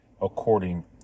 according